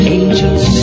Angels